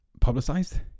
publicized